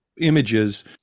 images